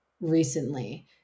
recently